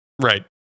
Right